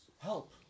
Help